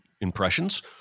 impressions